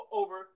over